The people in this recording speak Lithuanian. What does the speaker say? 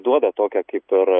duoda tokią kaip ir